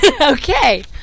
Okay